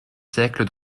siècles